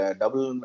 double